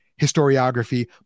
historiography